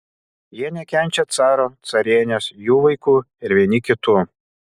jie nekenčia caro carienės jų vaikų ir vieni kitų